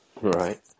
Right